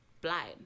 blind